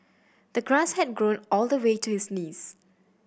the grass had grown all the way to his knees